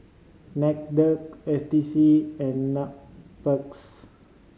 NCDCC S T C and Nparks